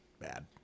bad